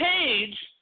page